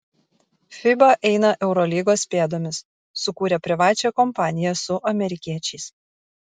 fiba eina eurolygos pėdomis sukūrė privačią kompaniją su amerikiečiais